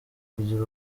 kugira